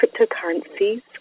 cryptocurrencies